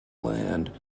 land